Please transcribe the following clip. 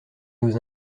nous